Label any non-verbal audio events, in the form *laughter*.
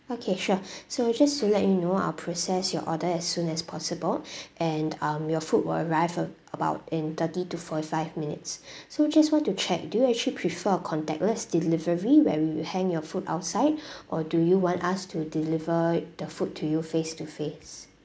okay sure *breath* so just to let you know I will process your order as soon as possible *breath* and um your food will arrive a~ about in thirty to forty five minutes *breath* so just want to check do you actually prefer a contactless delivery where we will hang your food outside *breath* or do you want us to deliver the food to you face to face